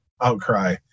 outcry